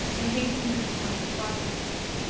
they hastened through the tunnel, glad to escape.